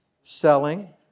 Selling